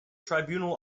tribunal